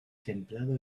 templado